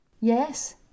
Yes